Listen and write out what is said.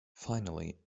finally